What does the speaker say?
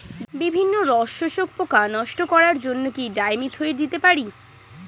বিভিন্ন রস শোষক পোকা নষ্ট করার জন্য কি ডাইমিথোয়েট দিতে পারি?